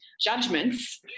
judgments